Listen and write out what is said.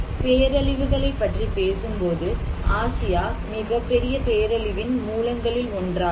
பேரழிவுகளைப் பற்றி பேசும்போது ஆசியா மிகப்பெரிய பேரழிவின் மூலங்களில் ஒன்றாகும்